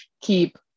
keep